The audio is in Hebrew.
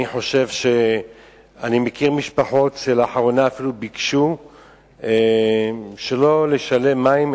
אני מכיר משפחות שלאחרונה אפילו ביקשו שלא לשלם מים,